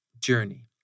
journey